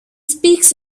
speaks